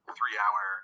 three-hour